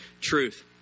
truth